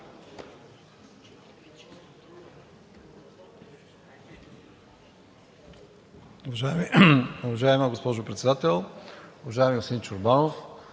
Уважаема госпожо Председател! Уважаеми господин Чорбанов,